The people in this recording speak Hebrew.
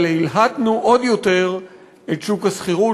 אבל הלהטנו עוד יותר את שוק השכירות,